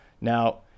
now